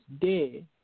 day